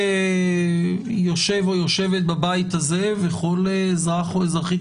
כל יושב או יושבת בבית הזה וכל אזרח או אזרחית